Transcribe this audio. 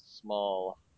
small